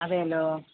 അതെല്ലോ